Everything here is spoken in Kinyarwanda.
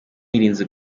yirinze